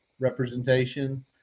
representation